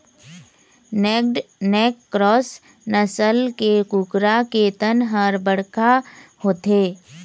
naked neck cross नसल के कुकरा के तन ह बड़का होथे